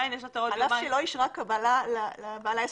על אף שהיא לא אישרה קבלה לבעל העסק,